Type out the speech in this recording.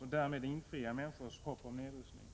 Därmed kan man infria människors hopp om nedrustning.